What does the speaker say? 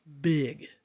big